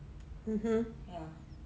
mmhmm